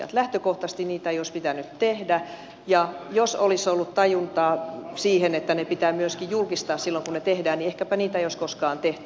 lähtökohtaisesti niitä ei olisi pitänyt tehdä ja jos olisi ollut tajuntaa siihen että ne pitää myöskin julkistaa silloin kun ne tehdään niin ehkäpä niitä ei olisi koskaan tehty